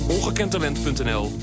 Ongekendtalent.nl